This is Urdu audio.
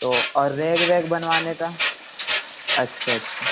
تو اور ریگ ویگ بنوانے کا اچھا اچھا